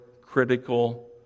critical